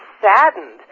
saddened